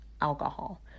alcohol